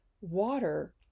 water